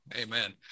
Amen